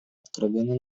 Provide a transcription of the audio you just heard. откровенно